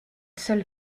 seule